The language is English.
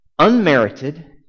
unmerited